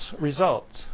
results